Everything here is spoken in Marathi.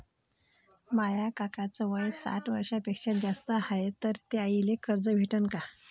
माया काकाच वय साठ वर्षांपेक्षा जास्त हाय तर त्याइले कर्ज भेटन का?